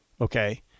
Okay